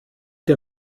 der